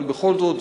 אבל בכל זאת,